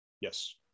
Yes